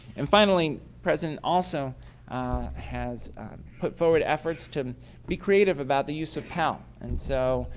and, finally, president also has put forward efforts to be creative about the use of pel. and so,